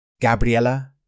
Gabriella